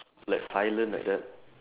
like silent like that